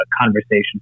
conversation